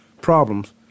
problems